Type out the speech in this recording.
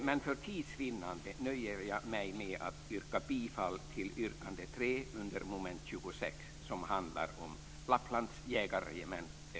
Men för tids vinnande nöjer jag mig med att yrka bifall till yrkande 3 under mom. 26 som handlar om Lapplands jägarregemente